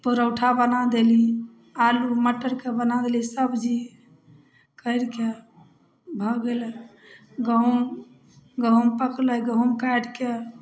परौठा बना देली आलू मटरके बना देली सब्जी करिके भऽ गेलै गहुम गहूॅंम पकलै गहूॅंम काटिके